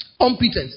Competence